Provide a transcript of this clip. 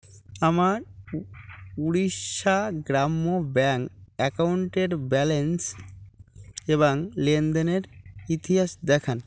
আমার উড়িষ্যা গ্রাম্য ব্যাংক অ্যাকাউন্টের ব্যালেন্স এবাং লেনদেনের ইতিহাস দেখান